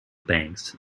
banks